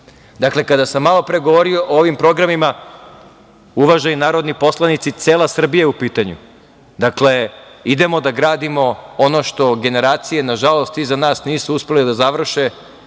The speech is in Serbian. otpada. Dakle, kada sam malo pre govorio o ovim programima, uvaženi narodni poslanici, cela Srbija je u pitanju. Dakle, idemo da gradimo ono što generacije, nažalost, iza nas nisu uspele da završe,